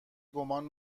گمان